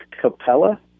Capella